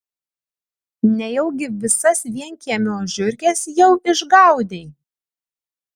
nejaugi visas vienkiemio žiurkes jau išgaudei